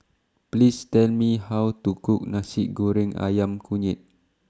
Please Tell Me How to Cook Nasi Goreng Ayam Kunyit